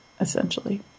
essentially